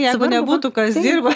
jeigu nebūtų kas dirba